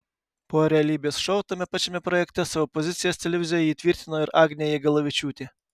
po realybės šou tame pačiame projekte savo pozicijas televizijoje įtvirtino ir agnė jagelavičiūtė